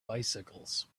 bicycles